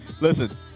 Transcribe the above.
listen